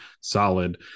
solid